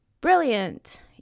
Brilliant